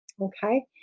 Okay